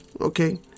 okay